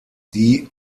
die